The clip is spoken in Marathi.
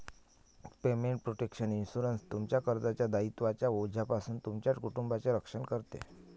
पेमेंट प्रोटेक्शन इन्शुरन्स, तुमच्या कर्जाच्या दायित्वांच्या ओझ्यापासून तुमच्या कुटुंबाचे रक्षण करते